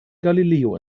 galileo